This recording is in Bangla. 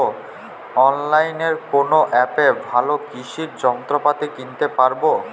অনলাইনের কোন অ্যাপে ভালো কৃষির যন্ত্রপাতি কিনতে পারবো?